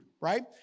right